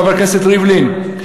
חבר הכנסת ריבלין,